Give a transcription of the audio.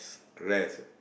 rest